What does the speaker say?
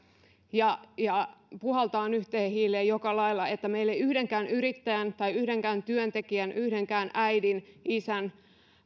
ja ja puhaltamaan yhteen hiileen joka lailla että meillä ei yhdenkään yrittäjän tai yhdenkään työntekijän yhdenkään äidin isän